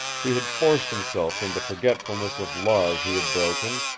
he had forced himself into forgetfulness of laws he had broken,